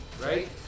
Right